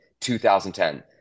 2010